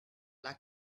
like